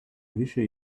wische